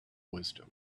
wisdom